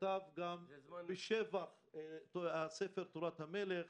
כתב גם בשבח ספר תורת המלך.